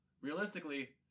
realistically